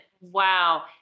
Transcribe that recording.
wow